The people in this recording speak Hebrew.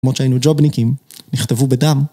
כמו שהיינו ג'ובניקים, נכתבו בדם.